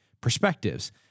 perspectives